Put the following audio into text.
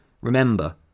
remember